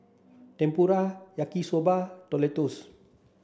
Tempura Yaki soba Tortillas